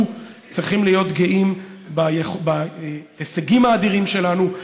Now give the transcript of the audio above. צריכים להיות גאים בהישגים האדירים שלנו,